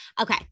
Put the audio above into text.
Okay